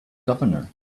governor